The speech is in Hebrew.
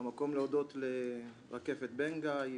המקום להודות לרקפת בן גיא,